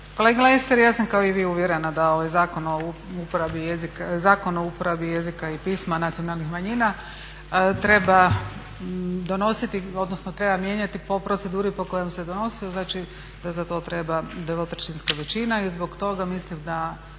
Kolega Lesar ja sam kao i vi uvjerena da ovaj Zakon o uporabi jezika i pisma nacionalnih manjina treba donositi, odnosno treba mijenjati po proceduri po kojoj se i donosio, znači da za to treba dvotrećinska većina. I zbog toga mislim da